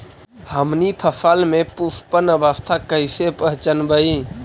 हमनी फसल में पुष्पन अवस्था कईसे पहचनबई?